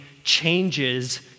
changes